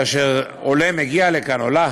כאשר עולה או עולָה